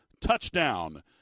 TOUCHDOWN